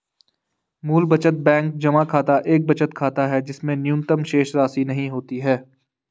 मूल बचत बैंक जमा खाता एक बचत खाता है जिसमें न्यूनतम शेषराशि नहीं होती है